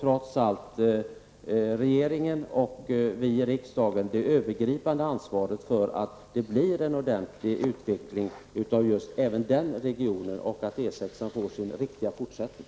Regeringen och vi i riksdagen har det övergripande ansvaret för att även den regionen utvecklas på ett bra sätt och för att E 6an får sin lämpliga sträckning.